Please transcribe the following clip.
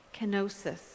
kenosis